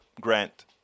Grant